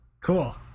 Cool